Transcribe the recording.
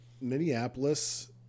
Minneapolis